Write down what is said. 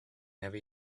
every